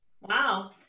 wow